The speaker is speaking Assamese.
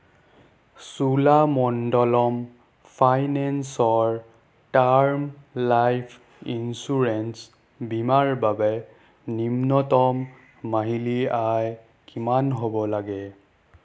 চোলামণ্ডলম ফাইনেন্সৰ টাৰ্ম লাইফ ইন্সুৰেঞ্চ বীমাৰ বাবে নিম্নতম মাহিলী আয় কিমান হ'ব লাগে